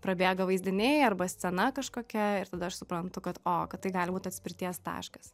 prabėga vaizdiniai arba scena kažkokia ir tada aš suprantu kad o kad tai gali būt atspirties taškas